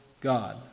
God